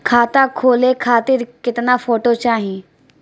खाता खोले खातिर केतना फोटो चाहीं?